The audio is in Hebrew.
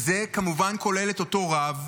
וזה כמובן כולל את אותו רב,